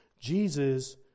Jesus